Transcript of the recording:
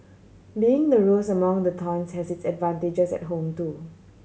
being the rose among the thorns has its advantages at home too